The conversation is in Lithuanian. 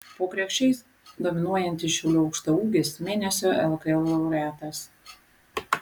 po krepšiais dominuojantis šiaulių aukštaūgis mėnesio lkl laureatas